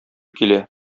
килә